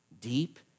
deep